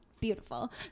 beautiful